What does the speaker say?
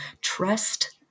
Trust